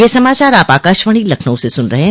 ब्रे क यह समाचार आप आकाशवाणी लखनऊ से सुन रहे हैं